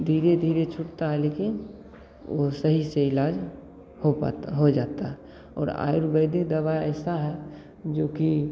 धीरे धीरे छूटता है लेकिन वो सही से इलाज हो पाता हो जाता है और आयुर्वेदिक दवाई ऐसा है जो कि